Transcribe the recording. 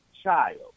child